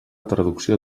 traducció